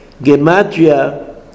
gematria